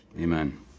Amen